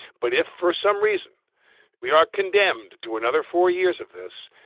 but if for some reason we are condemned to another four years of this,